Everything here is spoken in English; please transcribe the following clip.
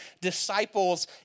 disciples